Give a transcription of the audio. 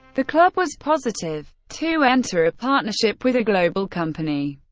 the club was positive to enter a partnership with a global company.